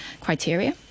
criteria